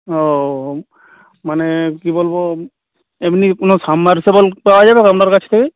ও মানে কি বলবো এমনি কোনো সাব মার্শেবল পাওয়া যাবে আপনার কাছে